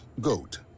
GOAT